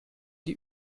die